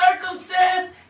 circumstance